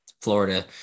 florida